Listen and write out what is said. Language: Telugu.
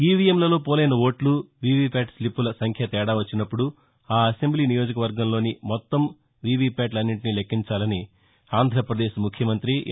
ఈవీఎంలలో పోలైన ఓట్లు వీవీప్యాట్ స్లిప్పుల సంఖ్య తేడా వచ్చినప్పుడు ఆ అసెంబ్లీ ను నియోజకవర్గంలోని మొత్తం వీవీప్యాట్లన్నింటినీ లెక్కించాలని ఆంధ్రపదేశ్ ముఖ్యమంత్రి ఎన్